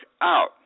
out